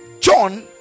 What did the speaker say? John